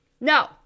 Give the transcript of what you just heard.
no